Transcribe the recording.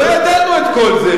לא ידענו את כל זה,